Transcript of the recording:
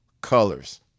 colors